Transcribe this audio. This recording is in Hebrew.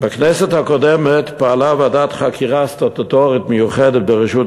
בכנסת הקודמת פעלה ועדת חקירה סטטוטורית מיוחדת בראשות